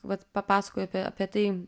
vat papasakoju apie apie tai